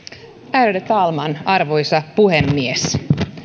ärade talman arvoisa puhemies